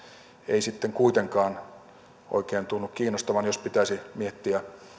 ei kuitenkaan oikein tunnu kiinnostavan jos pitäisi miettiä